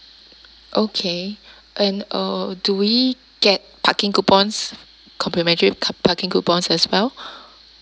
okay and uh do we get parking coupons complimentary ca~ parking coupons as well